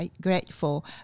grateful